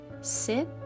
Sit